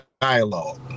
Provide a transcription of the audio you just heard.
dialogue